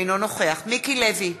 אינו נוכח מיקי לוי,